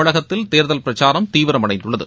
தமிழகத்தில் தேர்தல் பிரச்சாரம் தீவிரமடைந்துள்ளது